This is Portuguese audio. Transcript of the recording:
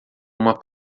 uma